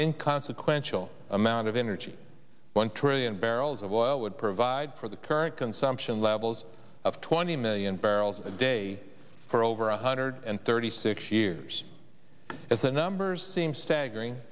inconsequential amount of energy one trillion barrels of oil would provide for the current consumption levels of twenty million barrels a day for over one hundred and thirty six years as the numbers seem staggering